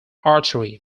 artery